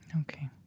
Okay